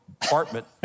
apartment